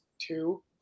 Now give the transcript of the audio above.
two